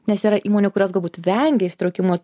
nes yra įmonių kurios galbūt vengia įsitraukimo